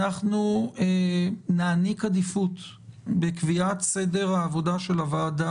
אנחנו נעניק עדיפות בקביעת סדר העבודה של הוועדה